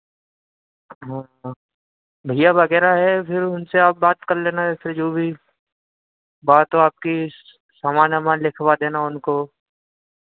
हाँ हाँ भैया वगैरह है फिर उनसे आप बात कर लेना फिर जो भी बात हो आपकी सामान अमान लिखवा देना उनको